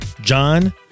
John